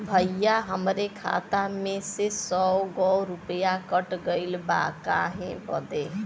भईया हमरे खाता में से सौ गो रूपया कट गईल बा काहे बदे?